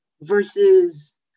Versus